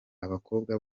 abakobwa